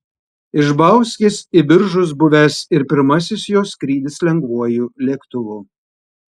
iš bauskės į biržus buvęs ir pirmasis jos skrydis lengvuoju lėktuvu